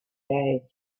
day